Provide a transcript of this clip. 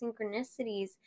synchronicities